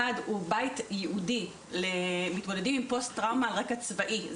אחד הוא בית ייעודי למתמודדים עם פוסט טראומה על רקע צבאי,